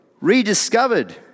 rediscovered